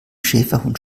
schäferhund